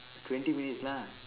twenty minutes lah